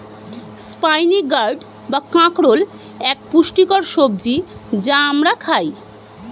spiny gourd বা কাঁকরোল এক পুষ্টিকর সবজি যা আমরা খাই